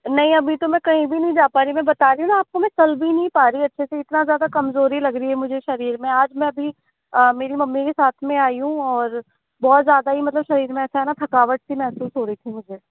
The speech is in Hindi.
नहीं अभी तो मैं कहीं भी नहीं जा पा रही मैं बता रही हूँ न आपको मैं चल भी नहीं पा रही हूँ अच्छे से इतना ज़्यादा कमज़ोरी लग रही है मुझे शरीर में आज मैं अभी मेरी मम्मी के साथ में आयी हूँ और बहुत ज़्यादा ही मतलब शरीर में ऐसा न थकावट सी महसूस हो रही थी मुझे